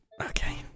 Okay